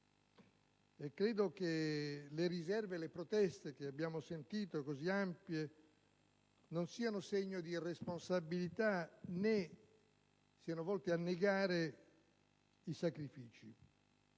Credo che le riserve e le proteste che abbiamo sentito così ampie non siano segno di irresponsabilità, né siano volte a negare i sacrifici.